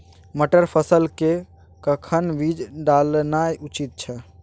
मटर फसल के कखन बीज डालनाय उचित छै?